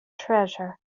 treasure